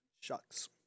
Shucks